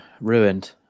ruined